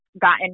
gotten